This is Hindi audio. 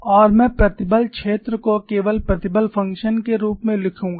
और मैं प्रतिबल क्षेत्र को केवल प्रतिबल फंक्शन के रूप में लिखूंगा